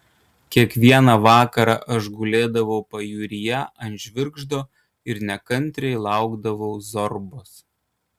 kiekvieną vakarą aš gulėdavau pajūryje ant žvirgždo ir nekantriai laukdavau zorbos